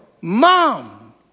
mom